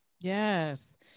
yes